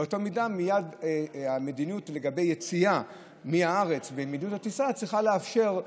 באותה מידה מייד המדיניות לגבי יציאה מהארץ ומדיניות הטיסה צריכה לאפשר,